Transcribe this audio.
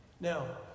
Now